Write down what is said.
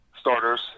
starters